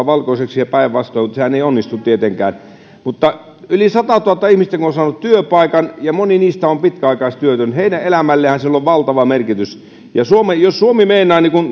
valkoiseksi ja päinvastoin mutta sehän ei onnistu tietenkään yli satatuhatta ihmistä on saanut työpaikan ja moni heistä on ollut pitkäaikaistyötön heidän elämälleenhän sillä on valtava merkitys jos suomi meinaa